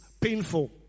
painful